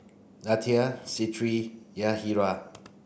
Litha Crete Yahaira